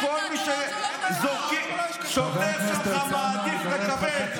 כל הקשקשנים פה מעודדים אותך.